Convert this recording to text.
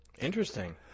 Interesting